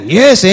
yes